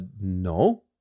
No